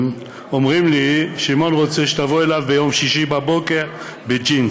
ואומרים לי: שמעון רוצה שתבוא אליו ביום שישי בבוקר בג'ינס.